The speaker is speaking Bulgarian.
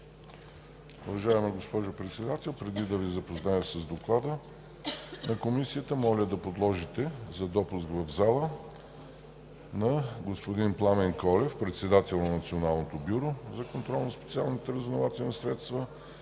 Уважаема госпожо Председател, преди да Ви запозная с Доклада на Комисията, моля да подложите на гласуване за допуск в залата на господин Пламен Колев – председател на Националното бюро за контрол на специалните разузнавателни средства,